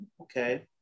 okay